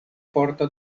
porta